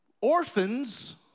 orphans